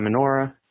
menorah